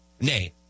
Nay